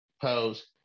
pose